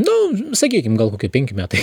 nau sakykie gal kokie penki metai